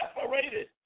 separated